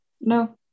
no